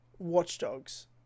Watchdogs